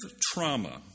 trauma